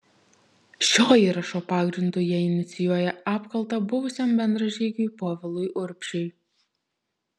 šio įrašo pagrindu jie inicijuoja apkaltą buvusiam bendražygiui povilui urbšiui